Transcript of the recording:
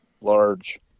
large